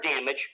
damage